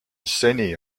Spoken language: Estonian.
seni